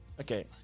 okay